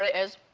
is.